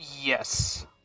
Yes